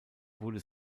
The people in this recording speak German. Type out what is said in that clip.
wurden